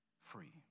free